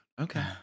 Okay